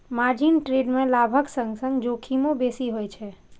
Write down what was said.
margin trade मे लाभक संग संग जोखिमो बेसी होइ छै